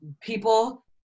People